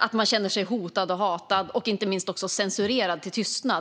att man känner sig hotad och hatad och inte minst också censurerad till tystnad.